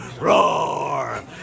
Roar